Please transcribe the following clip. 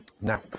Now